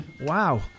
Wow